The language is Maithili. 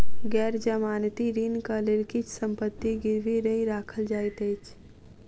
गैर जमानती ऋणक लेल किछ संपत्ति गिरवी नै राखल जाइत अछि